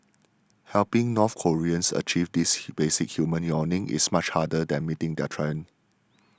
helping North Koreans achieve this basic human yearning is much harder than meeting their tyrant